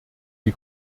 die